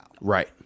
right